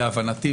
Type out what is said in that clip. להבנתי,